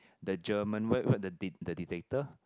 the German what what the the Dictator